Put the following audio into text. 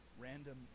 Random